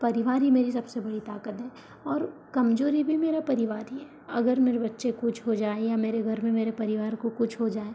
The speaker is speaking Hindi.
परिवार ही मेरी सबसे बड़ी ताकत है और कमजोरी भी मेरा परिवार ही है अगर मेरे बच्चे कुछ हो जाए या मेरे घर में मेरे परिवार को कुछ हो जाए